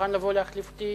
אדוני היושב-ראש, חברי הכנסת,